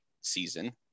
season